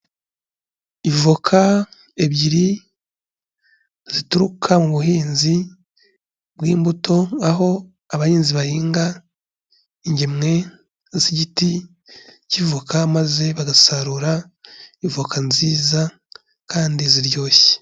Ivoka ebyiri zituruka mu buhinzi bw'imbuto, aho abahinzi bahinga ingemwe z'igiti k'ivoka maze bagasarura ivoka nziza kandi ziryoshye.